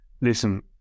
listen